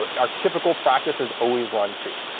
but our typical practice is always run two.